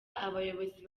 abayobozi